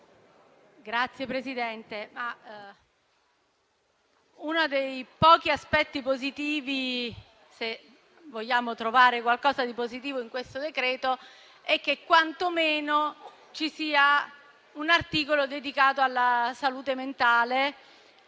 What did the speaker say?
Signora Presidente, uno dei pochi aspetti positivi, se vogliamo trovare qualcosa di positivo in questo decreto-legge, è che quantomeno ci sia un articolo dedicato alla salute mentale,